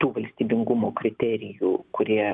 tų valstybingumo kriterijų kurie